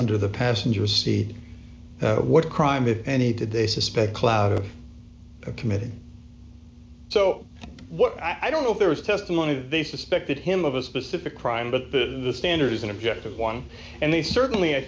under the passenger seat what crime if any did they suspect clout of a committee so what i don't know if there is testimony that they suspected him of a specific crime but the standard is an objective one and they certainly i